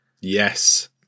Yes